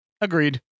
Agreed